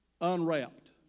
unwrapped